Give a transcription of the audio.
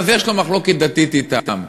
אז יש לו מחלוקת דתית אתם,